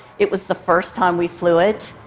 it was the first time we flew it,